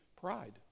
pride